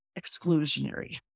exclusionary